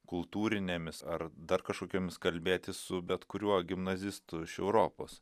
kultūrinėmis ar dar kažkokiomis kalbėtis su bet kuriuo gimnazistu iš europos